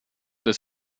des